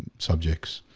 subjects,